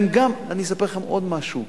אני אספר לכם עוד משהו,